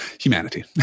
Humanity